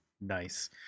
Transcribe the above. Nice